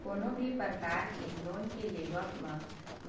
कोनो भी परकार के लोन के लेवब म